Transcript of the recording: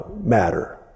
matter